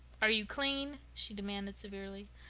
are you clean? she demanded severely.